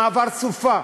מעבר סופה,